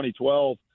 2012